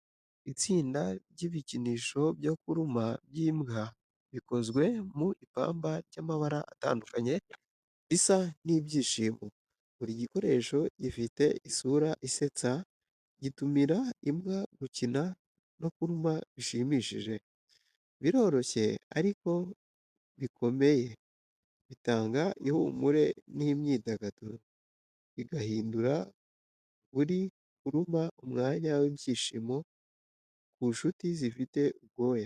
Itsinda ry’ibikinisho byo kuruma by’imbwa bikozwe mu ipamba ry’amabara atandukanye risa n’ibyishimo. Buri gikoresho gifite isura isetsa, gitumira imbwa gukina no kuruma bishimishije. Biroroshye ariko bikomeye, bitanga ihumure n’imyidagaduro, bigahindura buri kuruma umwanya w’ibyishimo ku nshuti zifite ubwoya.